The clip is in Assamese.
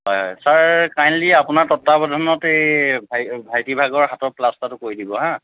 হয় ছাৰ কাইনল্লি আপোনাৰ তত্বাৱধানত এই ভাইটি ভাগৰ হাতৰ প্লাষ্টাৰটো কৰি দিব হা